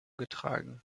getragen